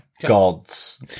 Gods